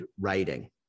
writing